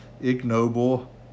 ignoble